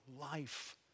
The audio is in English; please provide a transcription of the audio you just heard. life